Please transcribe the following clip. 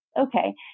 okay